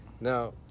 Now